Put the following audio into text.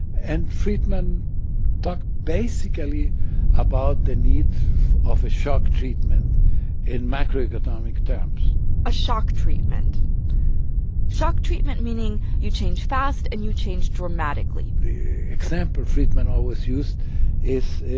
and friedman talked basically about the need of a shock treatment in macroeconomic terms a shock treatment shock treatment meaning you change fast, and you change dramatically the example friedman always used is,